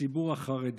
לציבור החרדי.